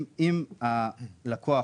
אם הלקוח